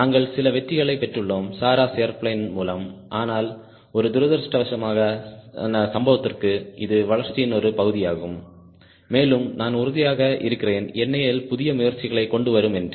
நாங்கள் சில வெற்றிகளை பெற்றுள்ளோம் SARAS ஏர்பிளேன் மூலம் ஆனால் ஒரு துரதிர்ஷ்டவசமான சம்பவத்திற்கு இது வளர்ச்சியின் ஒரு பகுதியாகும் மேலும் நான் உறுதியாக இருக்கிறேன் NAL புதிய முயற்சிகளைக் கொண்டு வரும் என்று